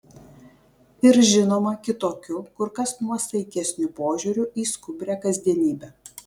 ir žinoma kitokiu kur kas nuosaikesniu požiūriu į skubrią kasdienybę